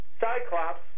Cyclops